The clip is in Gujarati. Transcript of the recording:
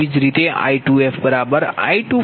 તેવી જ રીતે I21V2f V1fj0